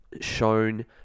Shown